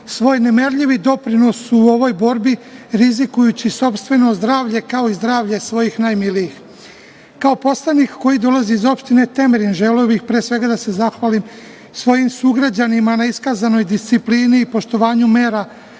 svoj nemerljivi doprinos u ovoj borbi, rizikujući sopstveno zdravlje, kao i zdravlje svojih najmilijih. Kao poslanik koji dolazi iz opštine Temerin, želeo bih pre svega da se zahvalim svojim sugrađanima na iskazanoj disciplini i poštovanju mera